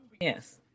Yes